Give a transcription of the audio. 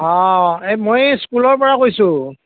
অঁ এই মই স্কুলৰ পৰা কৈছোঁ